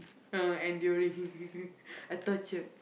uh enduring a torture